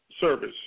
service